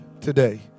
today